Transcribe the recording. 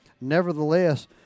Nevertheless